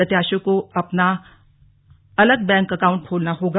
प्रत्याशियों को अपना अलग बैंक एकाउण्ट खोलना होगा